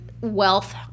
wealth